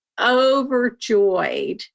overjoyed